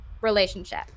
relationship